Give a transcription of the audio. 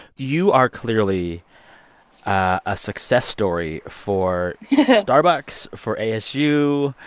you are clearly a success story for starbucks, for asu,